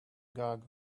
gag